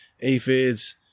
aphids